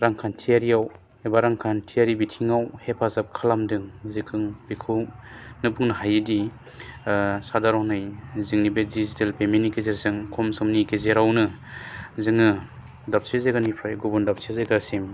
रांखान्थियारिआव एबा रांखान्थियारि बिथिङाव हेफाजाब खालामदों जेखन बेखौ जों बुंनो हायोदि सादारनै जोंनि बे दिजिटेल पेमेन्टनि गेजेरजों खम समनि गेजेरावनो जोङो दाबसे जायगानिफ्राय गुबुन दाबसे जायगासिम